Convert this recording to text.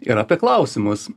ir apie klausimus